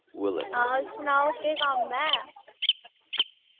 हां सनाओ केह् कम्म ऐ